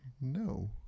no